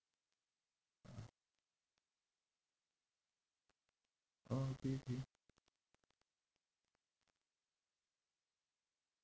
orh okay okay